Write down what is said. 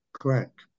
correct